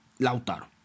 Lautaro